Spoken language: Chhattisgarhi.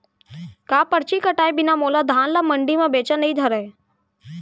का परची कटाय बिना मोला धान ल मंडी म बेचन नई धरय?